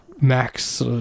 Max